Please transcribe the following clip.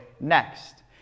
next